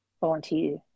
Volunteer